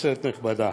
כנסת נכבדה,